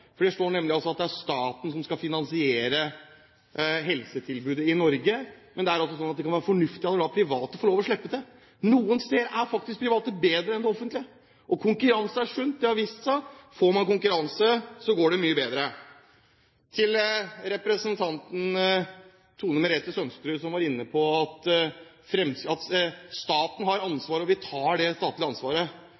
som faktisk står der. Det står nemlig at det er staten som skal finansiere helsetilbudet i Norge, men det kan også være fornuftig å la private få lov til å slippe til. Noen steder er faktisk private bedre enn det offentlige, og konkurranse er sunt – det har vist seg. Får man konkurranse, går det mye bedre. Til representanten Tone Merete Sønsterud, som var inne på at staten har